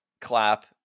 clap